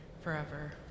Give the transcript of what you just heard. forever